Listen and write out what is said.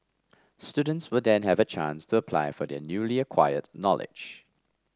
students will then have a chance to apply their newly acquired knowledge